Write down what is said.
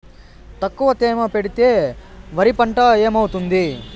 తక్కువ తేమ పెడితే వరి పంట ఏమవుతుంది